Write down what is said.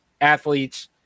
athletes